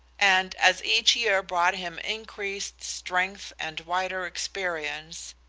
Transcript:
and as each year brought him increased strength and wider experience,